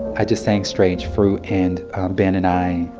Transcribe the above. i just sang strange fruit, and ben and i,